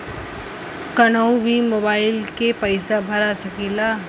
कन्हू भी मोबाइल के पैसा भरा सकीला?